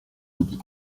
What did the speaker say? midi